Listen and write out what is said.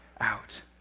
out